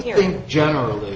hearing generally